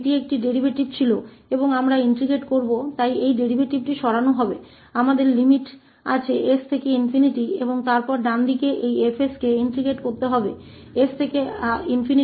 क्योंकि यह एक डेरीवेटिव था और हम एकीकृत करते हैं इसलिए इस डेरीवेटिव को हटा दिया जाएगा हमारे पास s से ∞ की सीमा है और फिर दाईं ओर यह 𝐹𝑠 𝑠 से ∞ तक एकीकृत हो जाएगा